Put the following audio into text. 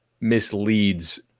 misleads